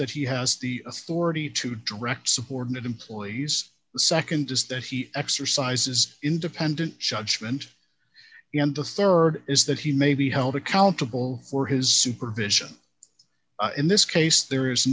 that he has the authority to drek subordinate employees the nd is that he exercises independent judgment and the rd is that he may be held accountable for his supervision in this case there is